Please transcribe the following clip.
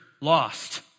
lost